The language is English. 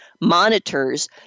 monitors